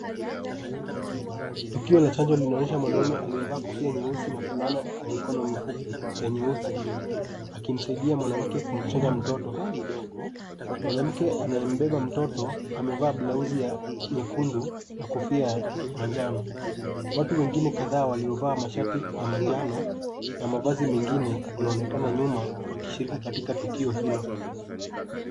Tukio la chanjo, linaonyesha mwanaume aliyevaa kofia nyeusi na fulana ya mikono mifupi ya nyeusi, akimsaidia mwanamke kumchanja mtoto. Mwanamke anayembeba mtoto, amevaa blausi ya nyekundu na kofia ya manjano. Watu wengine kadhaa, waliovaa mashati ya manjano na mavazi mengine, wanaonekana nyuma wakishiriki katika tukio hilo.